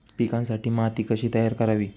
पिकांसाठी माती कशी तयार करावी?